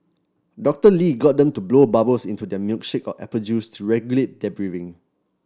Doctor Lee got them to blow bubbles into their milkshake or apple juice to regulate their breathing